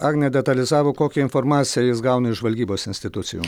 agne detalizavo kokią informaciją jis gauna iš žvalgybos institucijų